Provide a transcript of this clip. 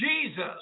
Jesus